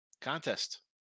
contest